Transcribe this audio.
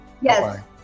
Yes